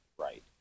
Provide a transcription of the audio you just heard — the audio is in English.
right